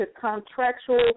contractual